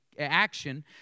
action